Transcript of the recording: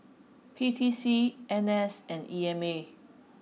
P T C N S and E M A